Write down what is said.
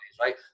right